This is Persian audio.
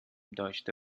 داشته